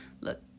look